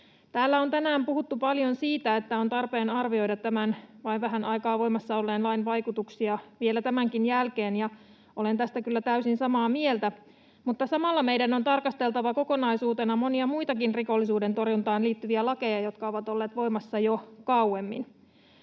Täällä on tänään puhuttu paljon siitä, että on tarpeen arvioida tämän vain vähän aikaa voimassa olleen lain vaikutuksia vielä tämänkin jälkeen, ja olen tästä kyllä täysin samaa mieltä. Mutta samalla meidän on tarkasteltava kokonaisuutena monia muitakin rikollisuuden torjuntaan liittyviä lakeja, jotka ovat olleet voimassa jo kauemmin.